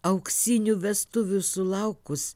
auksinių vestuvių sulaukus